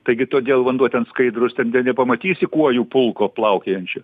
taigi todėl vanduo ten skaidrus ten nepamatysi kuojų pulko plaukiojančio